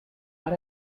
but